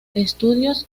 estudios